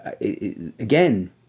again